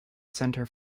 centre